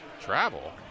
Travel